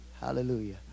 Hallelujah